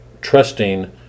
trusting